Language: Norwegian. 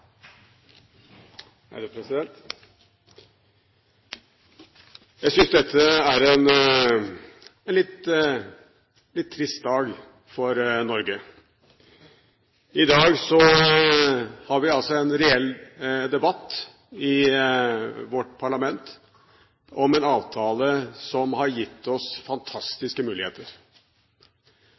det må. Jeg syns dette er en litt trist dag for Norge. I dag har vi altså en reell debatt i vårt parlament om en avtale som har gitt oss fantastiske muligheter.